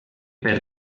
per